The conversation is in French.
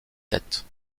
têtes